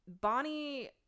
bonnie